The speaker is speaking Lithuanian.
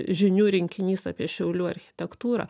žinių rinkinys apie šiaulių architektūrą